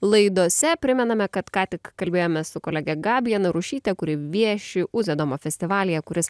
laidose primename kad ką tik kalbėjome su kolege gabija narušyte kuri vieši uzedo festivalyje kuris